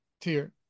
tier